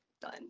done